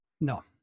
No